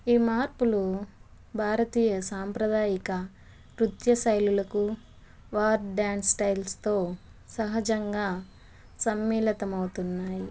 ఈ మార్పులు భారతీయ సాంప్రదాయిక నృత్య శైలులకు వార్ డ్యాన్స్ స్టైల్స్తో సహజంగా సమ్మిళితమౌతున్నాయి